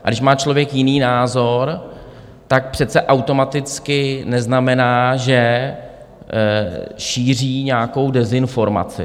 A když má člověk jiný názor, tak přece automaticky neznamená, že šíří nějakou dezinformaci.